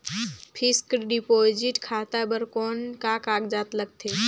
Fixed deposit खाता बर कौन का कागजात लगथे?